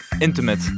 intimate